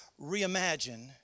reimagine